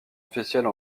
officielle